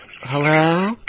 Hello